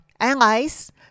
allies